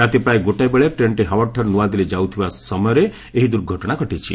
ରାତି ପ୍ରାୟ ଗୋଟାଏ ବେଳେ ଟ୍ରେନ୍ଟି ହାଓଡ଼ାଠାରୁ ନୂଆଦିଲ୍ଲୀ ଯାଉଥିବା ସମୟରେ ଏହି ଦୁର୍ଘଟଣା ଘଟିଛି